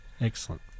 Excellent